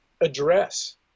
address